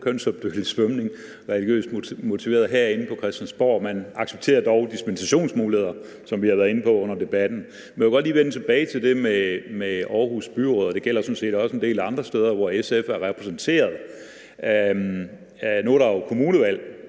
kønsopdelt svømning, der er religiøst motiveret. Man accepterer dog dispensationsmuligheder, som vi har været inde på under debatten. Men jeg vil godt lige vende tilbage til det med Aarhus Byråd, og det gælder sådan set også en del andre steder, hvor SF er repræsenteret. Nu er der jo kommunevalg